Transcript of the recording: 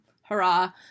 hurrah